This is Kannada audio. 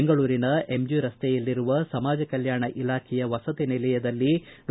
ಬೆಂಗಳೂರಿನ ಎಂ ಜಿ ರಸ್ತೆಯಲ್ಲಿರುವ ಸಮಾಜ ಕಲ್ಗಾಣ ಇಲಾಖೆಯ ವಸತಿ ನಿಲಯದಲ್ಲಿರುವ ಡಾ